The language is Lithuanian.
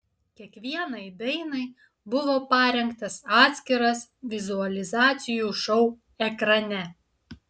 kiekvienai dainai buvo parengtas atskiras vizualizacijų šou ekrane